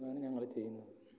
അങ്ങനെയാണ് ഞങ്ങൾ ചെയ്യുന്നത്